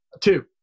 Two